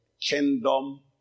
kingdom